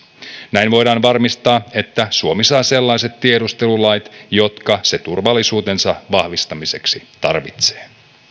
näin voidaan varmistaa että suomi saa sellaiset tiedustelulait jotka se turvallisuutensa vahvistamiseksi tarvitsee